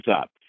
up